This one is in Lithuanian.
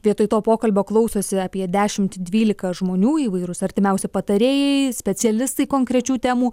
vietoj to pokalbio klausosi apie dešimt dvylika žmonių įvairūs artimiausi patarėjai specialistai konkrečių temų